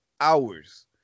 hours